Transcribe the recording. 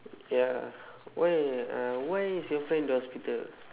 ya why uh why is your friend in the hospital